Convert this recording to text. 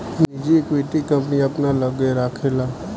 निजी equity, company अपना लग्गे राखेला